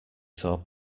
saw